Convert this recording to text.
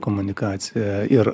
komunikacija ir